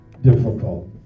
difficult